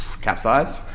capsized